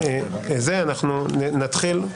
נתחיל.